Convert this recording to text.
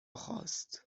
خاست